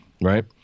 right